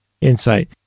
insight